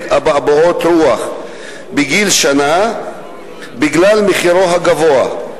אבעבועות רוח בגיל שנה בגלל מחירו הגבוה.